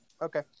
Okay